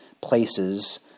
places